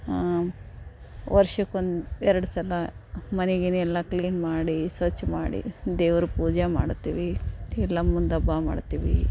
ವರ್ಷಕ್ಕೆ ಒಂದು ಎರಡು ಸಲ ಮನೆ ಗಿನೆ ಎಲ್ಲ ಕ್ಲೀನ್ ಮಾಡಿ ಸ್ವಚ್ಛ ಮಾಡಿ ದೇವ್ರ ಪೂಜೆ ಮಾಡ್ತೀವಿ ಎಲ್ಲಮಂದು ಹಬ್ಬ ಮಾಡ್ತೀವಿ